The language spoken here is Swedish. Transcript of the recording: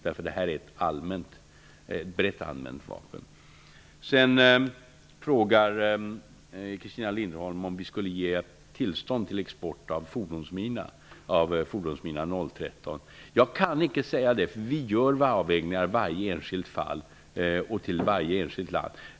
Detta är nämligen ett allmänt utbrett vapen. Christina Linderholm frågar om vi skulle ge tillstånd till export av fordonsmina 013. Jag kan icke säga det. Vi gör avvägningar vid varje enskilt fall och för varje enskilt land.